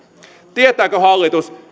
tietääkö hallitus